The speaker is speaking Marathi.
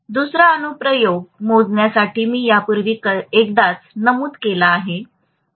दुसरा अनुप्रयोग मोजण्यासाठी मी यापूर्वी एकदाच नमूद केला आहे